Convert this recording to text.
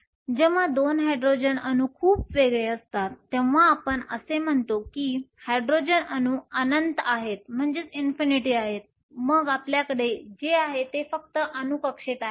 जेव्हा 2 हायड्रोजन अणू खूप वेगळे असतात तेव्हा आपण असे म्हणतो की हायड्रोजन अणू अनंत आहेत मग आपल्याकडे जे आहे ते फक्त अणू कक्षेत आहे